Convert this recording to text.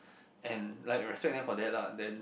and like respect them for that lah then